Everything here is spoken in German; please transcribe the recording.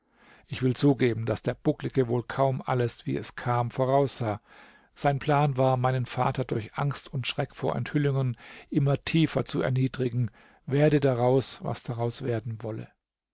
ich will zugeben daß der bucklige wohl kaum alles wie es kam voraussah sein plan war meinen vater durch angst und schreck vor enthüllungen immer tiefer zu erniedrigen werde daraus was daraus werden wolle